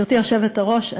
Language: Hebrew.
גברתי היושבת-ראש,